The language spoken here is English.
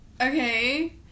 Okay